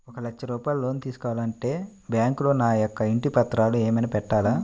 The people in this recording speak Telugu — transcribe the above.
ఒక లక్ష రూపాయలు లోన్ తీసుకోవాలి అంటే బ్యాంకులో నా యొక్క ఇంటి పత్రాలు ఏమైనా పెట్టాలా?